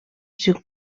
sur